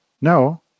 no